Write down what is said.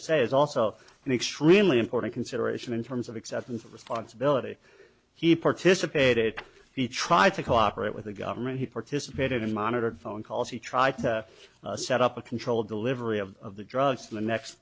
say is also an extremely important consideration in terms of acceptance of responsibility he participated he tried to cooperate with the government he participated in monitored phone calls he tried to set up a controlled delivery of the drugs to the next